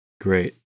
Great